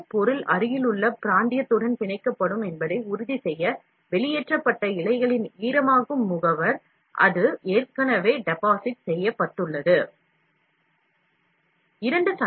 வெளியேற்றப்பட்ட இழைகளில் ஈர தன்மை உள்ளது அதனால் அருகிலுள்ள பகுதியை பிணைக்கும் ஆற்றல் உள்ளது அந்தப்பகுதி ஏற்கனவே டெபாசிட் செய்யப்பட்ட பகுதியாகும்